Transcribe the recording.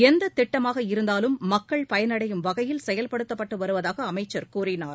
எந்தத் திட்டமாக இருந்தாலும் மக்கள் பயனடையும் வகையில் செயல்படுத்தப்பட்டு வருவதாக அமைச்சர் கூறினார்